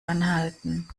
anhalten